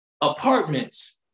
Apartments